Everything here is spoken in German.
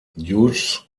hughes